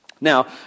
Now